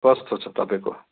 कस्तो छ तपाईँको